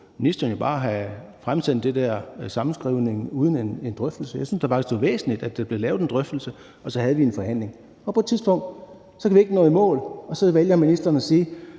ministeren jo bare have fremsendt den der sammenskrivning uden en drøftelse. Jeg synes da faktisk, det er væsentligt, at der var en drøftelse og så en forhandling. Og på et tidspunkt kunne vi ikke nå i mål, og så valgte ministeren at sige: